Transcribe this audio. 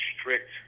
strict